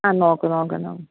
ആ നോക്ക് നോക്ക് നോക്ക്